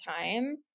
time